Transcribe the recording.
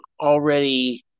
already